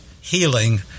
healing